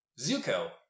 Zuko